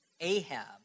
Ahab